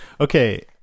Okay